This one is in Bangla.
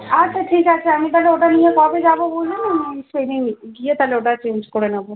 আচ্ছা ঠিক আছে আমি তাহলে ওটা নিয়ে কবে যাবো বলুন আমি সেই দিন গিয়ে তাহলে ওটা চেঞ্জ করে নেবো